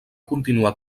continuar